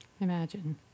Imagine